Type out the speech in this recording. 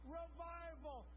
revival